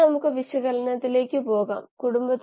നമ്മൾ കോശ തലത്തിലേക്ക് നോക്കാൻ തുടങ്ങി